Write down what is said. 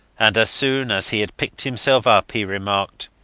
and as soon as he had picked himself up he remarked,